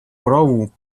праву